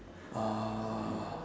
uh